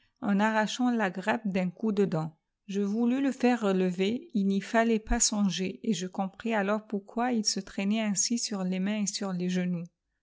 en arrachant la grappe d'un coup de dent je voulus le faire relever il n'y fallait pas songer et je compris alors pourquoi il se traînait ainsi sur les mains et sur les genoux